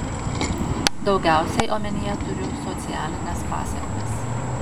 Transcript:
daugiausiai omenyje turiu socialines pasekmes